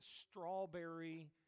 strawberry